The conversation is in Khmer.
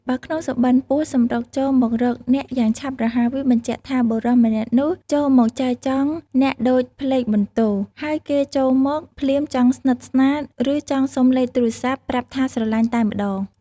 បើក្នុងសុបិន្ត ពស់សម្រុកចូលមករកអ្នកយ៉ាងឆាប់រហ័ស វាបញ្ជាក់ថា បុរសម្នាក់នោះចូលមកចែចង់អ្នកដូចផ្លេកបន្ទោរ ហើយគេចូលមក ភ្លាមចង់ស្និទ្ធស្នាល ឬ ចង់សុំលេខទូរស័ព្ទប្រាប់ថាស្រលាញ់តែម្តង។